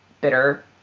bitter